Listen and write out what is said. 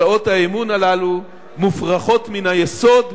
הצעות האי-אמון הללו מופרכות מן היסוד.